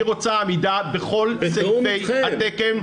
המדינה אמרה: אני רוצה עמידה בכל סעיפי התקן.